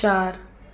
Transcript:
चारि